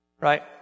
Right